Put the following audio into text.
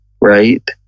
Right